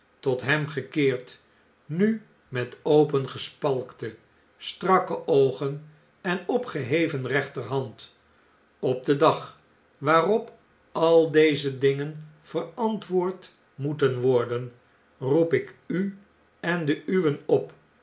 tot hemgekeerd nu met opengespalkte strakke oogen en opgeheven rechterhand op den dag waarop al deze dingen verantwoord moeten worden roep ik u en de uwen op